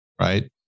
right